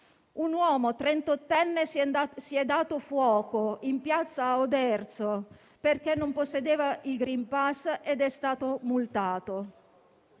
Un uomo trentottenne si è dato fuoco in piazza a Oderzo perché non possedeva il *green pass* ed era stato multato.